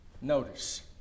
Notice